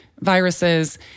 viruses